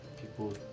people